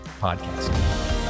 podcast